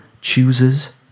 chooses